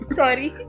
sorry